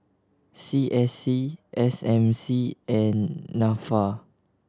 C S C S M C and Nafa